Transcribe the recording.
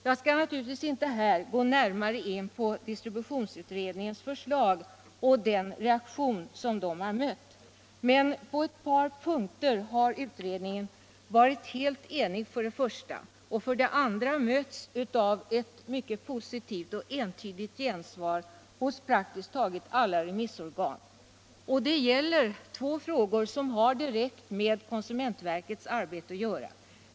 Jag skall nu inte gå närmare in på distributionsutredningens förslag och den reaktion som det har mött, men jag vill ändå säga att utredningen för det första varit helt enig och för det andra mött ett mycket positivt och entydigt gensvar från praktiskt taget alla remissorgan när det gäller två frågor som har direkt med konsumentverkets arbete att göra.